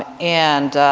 and,